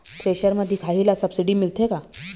Thresher म दिखाही ला सब्सिडी मिलथे का?